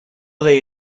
they